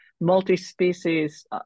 multi-species